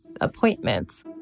appointments